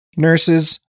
nurses